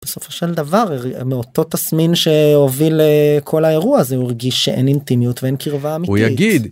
בסופו של דבר מאותו תסמין שהוביל כל האירוע הזה הוא הרגיש שאין אינטימיות ואין קרבה אמיתית.